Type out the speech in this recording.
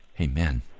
Amen